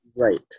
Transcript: Right